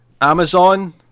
Amazon